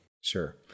Sure